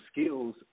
skills